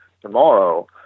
tomorrow